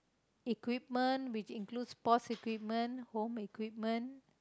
equipment which includes sports equipment home equipment